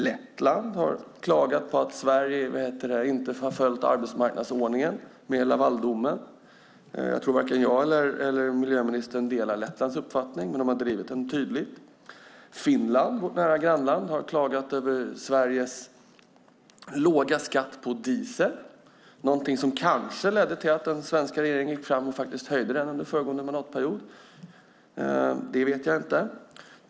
Lettland har klagat på att Sverige inte har följt arbetsmarknadsordningen när det gäller Lavaldomen. Varken jag eller miljöministern delar väl den uppfattning som Lettland så tydligt drivit. Finland, vårt nära grannland, har klagat på Sveriges låga skatt på diesel, någonting som kanske ledde till att den svenska regeringen gick fram och faktiskt höjde den skatten under föregående mandatperiod - jag vet inte.